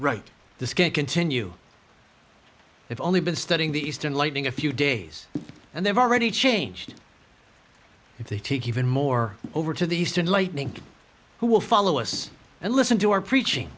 right this can't continue if only been studying the eastern lightning a few days and they've already changed if they take even more over to the east and lightning who will follow us and listen to our preaching